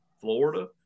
Florida